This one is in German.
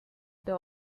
der